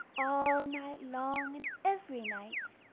all night long and every night,